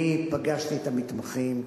אני פגשתי את המתמחים,